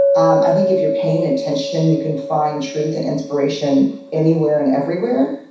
i think if you're paying attention, you can find truth and inspiration anywhere and everywhere.